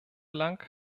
lang